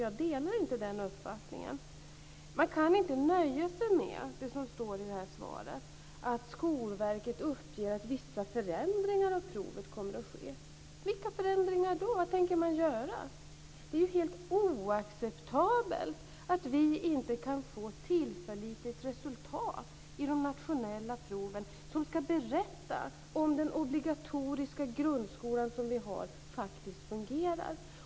Jag delar inte den uppfattningen. Man kan inte nöja sig med det som står i det här svaret om att Skolverket uppger att vissa förändringar av provet kommer att ske. Vilka förändringar då? Vad tänker man göra? Det är ju helt oacceptabelt att vi inte kan få ett tillförlitligt resultat i de nationella proven som skall berätta om den obligatoriska grundskola som vi har faktiskt fungerar.